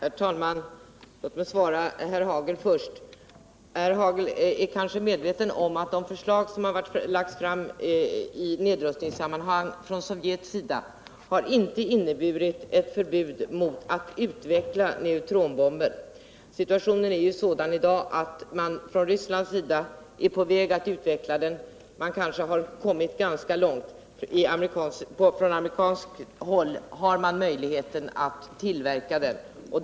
Herr talman! Cåt mig svara herr Hagel först. Herr Hagel är kanske medveten om att de förslag som Sovjet har lagt fram i nedrustningssammanhang inte har inneburit ett förbud mot att utveckla neutronbomben. Situationen är ju sådan i dag att Ryssland är på väg att utveckla den, och man har kanske kommit ganska långt. I Amerika har man möjlighet att tillverka neutronbomben.